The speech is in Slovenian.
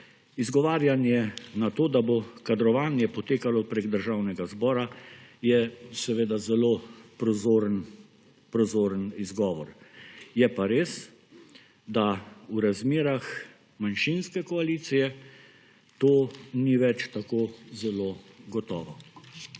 Izgovarjanje na to, da bo kadrovanje potekalo preko Državnega zbora, je seveda zelo prozoren izgovor. Je pa res, da v razmerah manjšinske koalicije to ni več tako zelo gotovo.